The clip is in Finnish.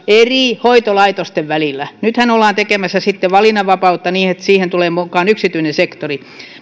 eri hoitolaitosten välillä nythän ollaan tekemässä sitten valinnanvapautta niin että siihen tulee mukaan yksityinen sektori